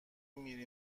میری